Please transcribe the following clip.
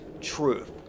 truth